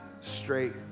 straight